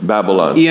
Babylon